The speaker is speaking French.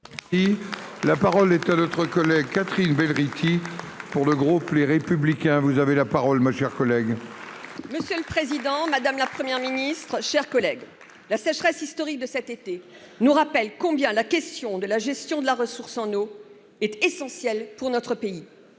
La parole est à Mme Catherine Belrhiti, pour le groupe Les Républicains. Monsieur le président, madame la Première ministre, chers collègues, la sécheresse historique de cet été nous rappelle combien la question de la gestion de la ressource en eau est essentielle pour notre pays.